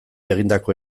egindako